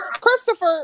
Christopher